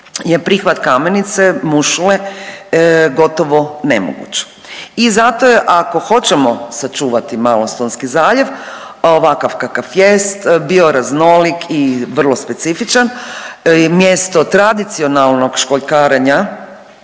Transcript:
je prihvat kamenice mušule gotovo nemoguć. I zato je ako hoćemo sačuvati Malostonski zaljev ovakav kakav jest bioraznolik i vrlo specifičan i mjesto tradicionalnog školjkarenja